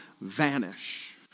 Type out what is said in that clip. vanish